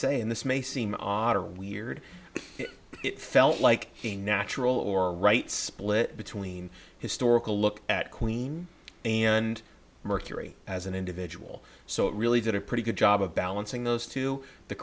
say in this mace seem odd or weird it felt like a natural or right split between historical look at queen and mercury as an individual so it really did a pretty good job of balancing those two the